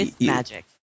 magic